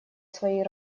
своей